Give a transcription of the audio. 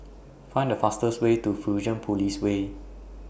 Find The fastest Way to Fusionopolis Way